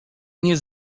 nie